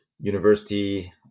university